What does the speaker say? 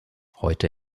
heute